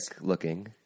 looking